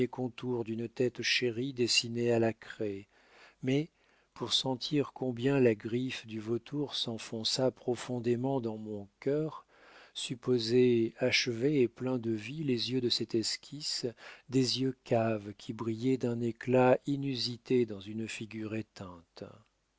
contours d'une tête chérie dessinée à la craie mais pour sentir combien la griffe du vautour s'enfonça profondément dans mon cœur supposez achevés et pleins de vie les yeux de cette esquisse des yeux caves qui brillaient d'un éclat inusité dans une figure éteinte